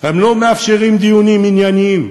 הם לא מאפשרים דיונים עניינים.